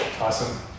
Awesome